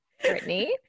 Brittany